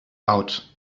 out